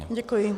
Děkuji.